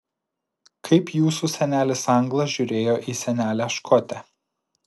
kaip jūsų senelis anglas žiūrėjo į senelę škotę